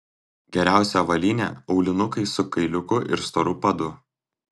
geriausia avalynė aulinukai su kailiuku ir storu padu